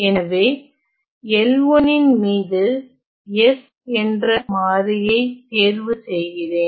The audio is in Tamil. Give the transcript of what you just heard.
எனவே L1 ன் மீது s என்ற மாறியை தேர்வு செய்கிறேன்